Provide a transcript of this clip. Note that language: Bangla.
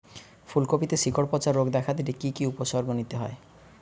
ফুলকপিতে শিকড় পচা রোগ দেখা দিলে কি কি উপসর্গ নিতে হয়?